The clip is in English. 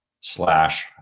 slash